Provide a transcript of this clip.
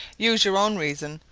use your own reason.